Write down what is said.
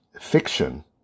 fiction